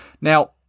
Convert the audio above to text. Now